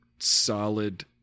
Solid